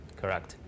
correct